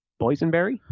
Boysenberry